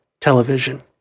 television